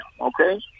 okay